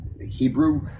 Hebrew